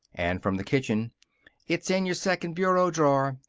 and from the kitchen it's in your second bureau drawer.